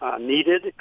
needed